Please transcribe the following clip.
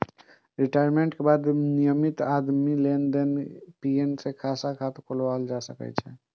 retirement के बाद नियमित आमदनी लेल एन.पी.एस खाता खोलाएल जा सकै छै